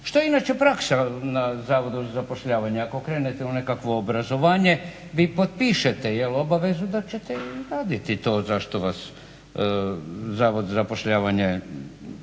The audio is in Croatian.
Što je inače praksa na Zavodu za zapošljavanje? Ako krenete u nekakvo obrazovanje vi potpišete obavezu da ćete i raditi to za što vas Zavod za zapošljavanje